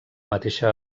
mateixa